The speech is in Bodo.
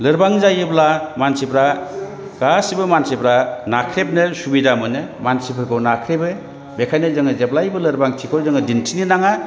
लोरबां जायोब्ला मानसिफोरा गासैबो मानसिफोरा नाख्रेबनो सुबिदा मोनो मानसिफोरखौ नाख्रेबो बेनिखायनो जोङो जेब्लायबो लोरबांथिखौ जोङो दिन्थिनो नाङा